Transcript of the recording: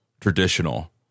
traditional